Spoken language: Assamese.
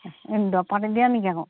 দৰৱ পাতি দিয়া নেকি আকৌ